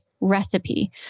recipe